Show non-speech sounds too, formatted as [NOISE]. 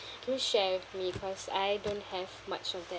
[BREATH] do share with me cause I don't have much of that